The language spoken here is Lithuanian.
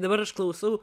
dabar aš klausau